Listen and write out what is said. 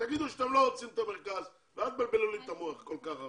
תגידו שאתם לא רוצים את המרכז ואל תבלבלו לי את המוח כל כך הרבה.